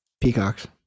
Peacocks